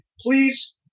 please